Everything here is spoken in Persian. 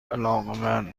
علاقمند